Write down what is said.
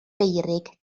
feurig